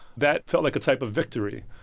that felt like a type of victory.